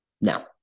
No